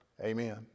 amen